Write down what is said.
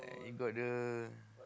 eh got the